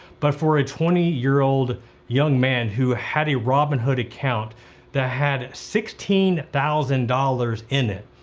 but for a twenty year old young man who had a robinhood account that had sixteen thousand dollars in it,